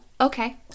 okay